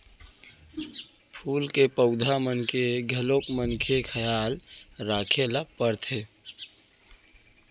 फूल के पउधा मन के घलौक बने खयाल राखे ल परथे